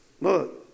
Look